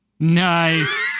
nice